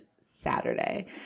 Saturday